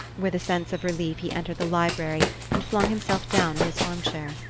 with a sense of relief he entered the library and flung himself down in his armchair.